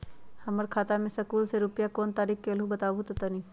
हमर खाता में सकलू से रूपया कोन तारीक के अलऊह बताहु त तनिक?